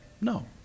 No